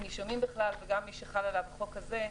מנישומים בכלל וגם ממי שחל עליו החוק הזה,